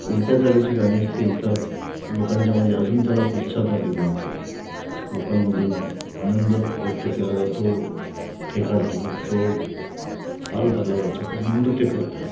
उडत्या चालीची गाणी असतील तर लोकांच्यामध्ये अजून त्याला प्रतिसाद अधिक मिळतो लोकांमधून आनंद व्यक्त केला जातो ठेका धरला जातो ताल धरला जातो कोण नृत्य करतं